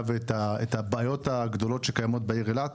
ואת הבעיות הגדולות שקיימות בעיר אילת.